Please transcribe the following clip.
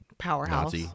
powerhouse